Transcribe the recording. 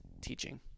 teaching